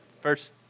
First